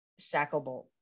Shacklebolt